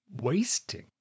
wasting